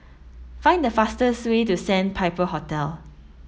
find the fastest way to Sandpiper Hotel